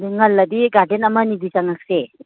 ꯑꯗꯨ ꯉꯜꯂꯗꯤ ꯒꯥꯔꯗꯦꯟ ꯑꯃꯅꯤꯗꯤ ꯆꯪꯂꯛꯁꯦ